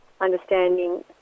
understanding